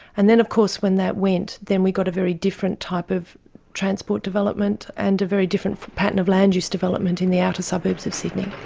and then of course when that went, then we got a very different type of transport development and a very different pattern of land use development in the outer suburbs of sydney.